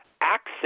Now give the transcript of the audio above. access